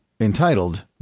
entitled